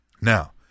Now